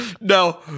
No